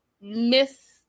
miss